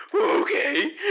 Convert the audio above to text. Okay